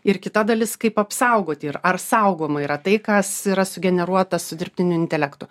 ir kita dalis kaip apsaugoti ir ar saugoma yra tai kas yra sugeneruota su dirbtiniu intelektu